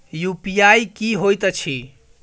UPI की होइत अछि